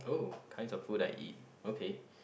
uh kinds of food I eat okay